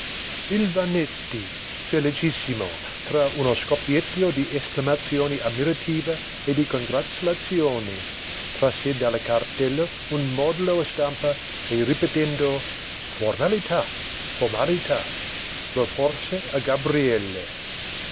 il vannetti felicissimo tra uno scoppiettio di esclamazioni ammirative e di congratulazioni trasse dalla cartella un modulo a stampa e ripetendo formalità formalità lo porse a gabriele